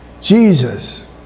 Jesus